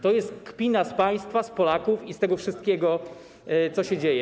To jest kpina z państwa, z Polaków i z tego wszystkiego, co się dzieje.